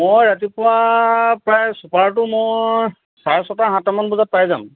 মই ৰাতিপুৱা প্ৰায় ছুপাৰটো মোৰ চাৰে ছটা সাতটামান বজাত পাই যাম